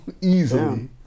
easily